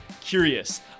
curious